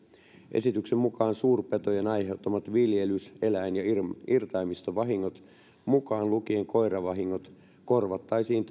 esityksen mukaan suurpetojen aiheuttamat viljelys eläin ja irtaimistovahingot mukaan lukien koiravahingot korvattaisiin